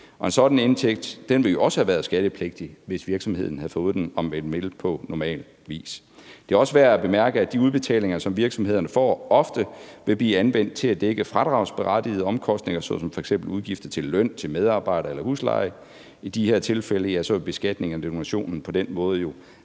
en sådan indtægt ville jo også have været skattepligtig, hvis virksomheden havde fået den, om man vil, på normal vis. Det er også værd at bemærke, at de udbetalinger, som virksomhederne får, ofte vil blive anvendt til at dække fradragsberettigede omkostninger såsom f.eks. udgifter til løn til medarbejdere eller husleje. I de her tilfælde vil beskatningen af donationen på den måde